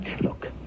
Look